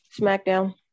smackdown